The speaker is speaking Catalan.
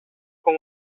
com